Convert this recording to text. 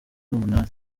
numunani